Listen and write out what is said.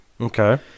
Okay